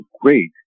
great